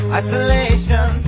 isolation